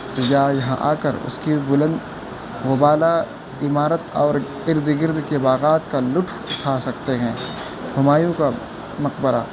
سیاح یہاں آ کر اس کی بلند و بالا عمارت اور ارد گرد کے باغات کا لطف اٹھا سکتے ہیں ہمایوں کا مقبرہ